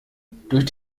durch